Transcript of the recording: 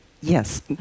Yes